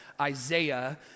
Isaiah